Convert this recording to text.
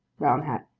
brown hat.